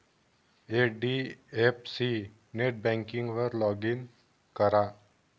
HDFC नेटबँकिंगवर log in करा